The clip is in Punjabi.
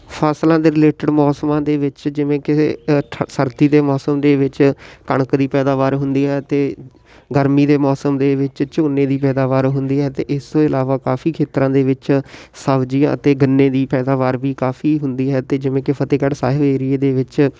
ਫਸਲਾਂ ਦੇ ਰਿਲੇਟਡ ਮੌਸਮਾਂ ਦੇ ਵਿੱਚ ਜਿਵੇਂ ਕਿ ਠਾ ਸਰਦੀ ਦੇ ਮੌਸਮ ਦੇ ਵਿੱਚ ਕਣਕ ਦੀ ਪੈਦਾਵਾਰ ਹੁੰਦੀ ਹੈ ਅਤੇ ਗਰਮੀ ਦੇ ਮੌਸਮ ਦੇ ਵਿੱਚ ਝੋਨੇ ਦੀ ਪੈਦਾਵਾਰ ਹੁੰਦੀ ਹੈ ਅਤੇ ਇਸ ਤੋਂ ਇਲਾਵਾ ਕਾਫੀ ਖੇਤਰਾਂ ਦੇ ਵਿੱਚ ਸਬਜ਼ੀ ਅਤੇ ਗੰਨੇ ਦੀ ਪੈਦਾਵਾਰ ਵੀ ਕਾਫੀ ਹੁੰਦੀ ਹੈ ਅਤੇ ਜਿਵੇਂ ਕਿ ਫਤਿਹਗੜ੍ਹ ਸਾਹਿਬ ਏਰੀਏ ਦੇ ਵਿੱਚ